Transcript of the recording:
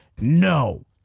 No